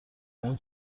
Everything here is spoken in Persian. اون